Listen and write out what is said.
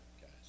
guys